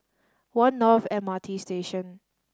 One North M R T Station